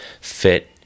fit